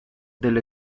del